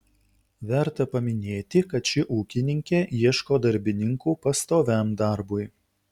verta paminėti kad ši ūkininkė ieško darbininkų pastoviam darbui